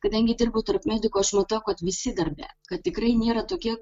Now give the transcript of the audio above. kadangi dirbu tarp medikų aš matau kad visi darbe kad tikrai nėra tokie